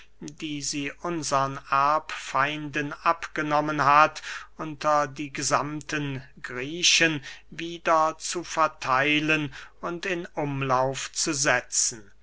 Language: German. die sie unsern erbfeinden abgenommen hat unter die gesammten griechen wieder zu vertheilen und in umlauf zu setzen